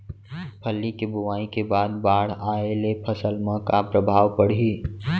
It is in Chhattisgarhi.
फल्ली के बोआई के बाद बाढ़ आये ले फसल मा का प्रभाव पड़ही?